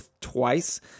twice